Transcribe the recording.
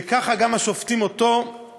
וככה גם אותו השופטים פטרו,